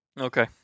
Okay